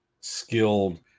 skilled